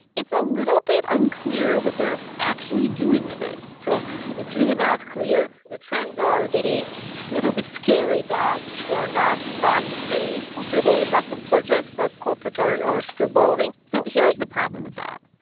it's a little bit unclear what they're actually doing with it so it's really not clear. the trends are getting little bit scary that there are not that many profitable investment projects, but corporates are are still building so here's the problem with that.